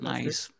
Nice